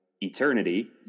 eternity